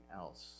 else